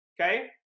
okay